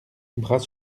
bras